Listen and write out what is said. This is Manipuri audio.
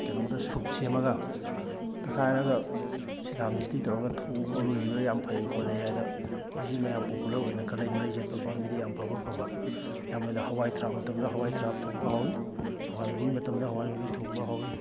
ꯀꯩꯅꯣꯝꯗ ꯁꯨꯞ ꯁꯦꯝꯂꯒ ꯇꯛꯈꯥꯏꯔꯒ ꯁꯤꯗꯃꯤꯁꯇꯤ ꯇꯧꯔꯒ ꯊꯛꯎ ꯈꯣꯠꯂꯨ ꯂꯤꯕꯔ ꯌꯥꯝ ꯐꯩ ꯈꯣꯠꯂꯦ ꯍꯥꯏꯅ ꯑꯩꯈꯣꯏ ꯁꯤ ꯃꯌꯥꯝ ꯄꯣꯄꯨꯂꯔ ꯑꯣꯏꯅ ꯈꯜꯂꯤ ꯃꯔꯤ ꯆꯠꯄ ꯄꯥꯝꯕꯤꯗ ꯌꯥꯝ ꯐꯕ ꯐꯕ ꯍꯋꯥꯏ ꯊꯔꯥꯛ ꯃꯇꯝꯗ ꯍꯋꯥꯏ ꯊꯔꯥꯛ ꯊꯣꯡꯕ ꯍꯥꯎꯏ ꯍꯋꯥꯏ ꯃꯨꯕꯤ ꯃꯇꯝꯗ ꯍꯋꯥꯏ ꯃꯨꯕꯤ ꯊꯣꯡꯕ ꯍꯥꯎꯏ